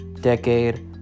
decade